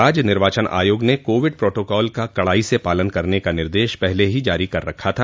राज्य निर्वाचन आयोग ने कोविड प्रोटोकॉल का कड़ाई से पालन करने का निर्देश पहले ही जारी कर रखा था